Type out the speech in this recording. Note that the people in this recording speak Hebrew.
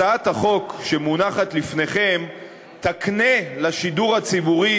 הצעת החוק שמונחת לפניכם תקנה לשידור הציבורי,